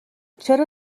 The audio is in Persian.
چرا